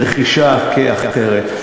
רכישה אחרת.